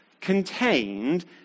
contained